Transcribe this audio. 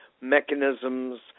mechanisms